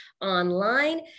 online